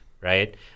right